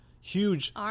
huge